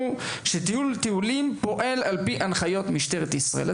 היא שתיאום הטיולים פועל על פי ההנחיות של משטרת ישראל.